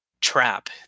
trap